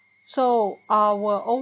so our old